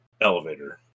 elevator